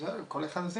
כל אחד עושה,